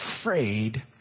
afraid